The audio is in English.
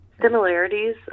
Similarities